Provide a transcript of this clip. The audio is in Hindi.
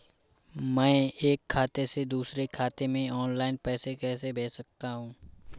मैं एक खाते से दूसरे खाते में ऑनलाइन पैसे कैसे भेज सकता हूँ?